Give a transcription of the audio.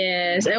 Yes